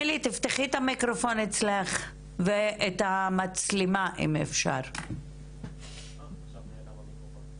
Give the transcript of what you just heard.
תודה, ליאור, אני מודה לך על התוספות.